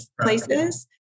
places